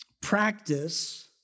practice